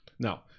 Now